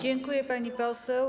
Dziękuję, pani poseł.